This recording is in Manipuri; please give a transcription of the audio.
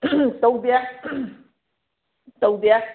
ꯇꯧꯗꯦ ꯇꯧꯗꯦ